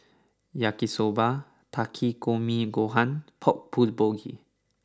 Yaki Soba Takikomi Gohan Pork Bulgogi